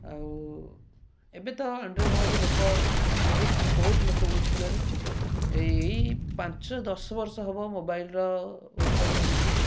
ଆଉ ଏବେ ତ ଆଣ୍ଡ୍ରୋଏଡ଼୍ ମୋବାଇଲ୍ ଲୋକ ବହୁତ ବହୁତ ଲୋକ ୟୁଜ୍ କଲେଣି ଏଇ ପାଞ୍ଚ ଦଶ ବର୍ଷ ହେବ ମୋବାଇଲ୍ର ଉଦ୍ଭାବନ ହୋଇଛି